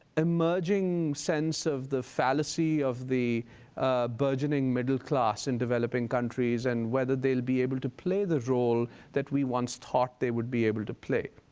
emerging sense of the fallacy of the burgeoning middle class in developing countries, and whether they'll be able to play the role that we once they would be able to play.